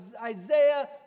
Isaiah